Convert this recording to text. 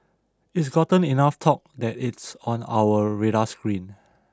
it's gotten enough talk that it's on our radar screen